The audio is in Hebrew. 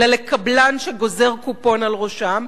אלא לקבלן שגוזר קופון על ראשם,